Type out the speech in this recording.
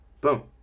boom